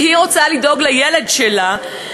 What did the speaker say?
כי היא רוצה לדאוג לילד שלה,